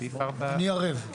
אני ערב.